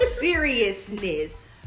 seriousness